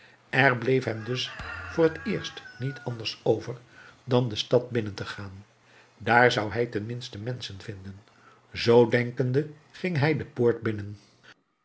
er bleef hem dus voor eerst niet anders over dan de stad binnen te gaan daar zou hij ten minste menschen vinden zoo denkende ging hij de poort binnen